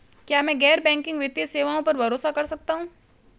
क्या मैं गैर बैंकिंग वित्तीय सेवाओं पर भरोसा कर सकता हूं?